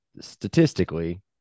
Statistically